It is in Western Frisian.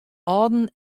âlden